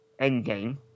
Endgame